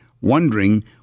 wondering